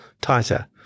tighter